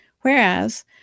whereas